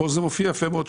וכאן זה מופיע יפה מאוד,